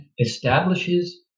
establishes